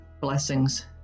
blessings